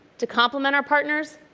to complement our partners.